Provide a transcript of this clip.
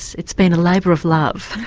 it's been a labour of love.